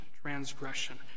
transgression